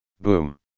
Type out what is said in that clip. Boom